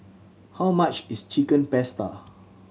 how much is Chicken Pasta